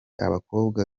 abakobwa